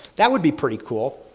that would be pretty cool.